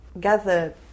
gather